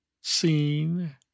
seen